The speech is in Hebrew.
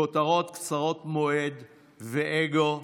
כותרות קצרות מועד ואגו,